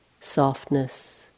softness